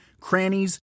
crannies